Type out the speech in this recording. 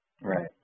right